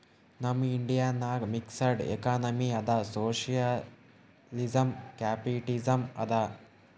ನಮ್ ಇಂಡಿಯಾ ನಾಗ್ mixed economy ಅದಾ ಸೋಶಿಯಲಿಸಂ, ಕ್ಯಾಪಿಟಲಿಸಂ ಅದಾ